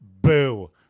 boo